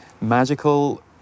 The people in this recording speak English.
magical